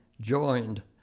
joined